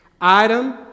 Item